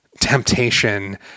temptation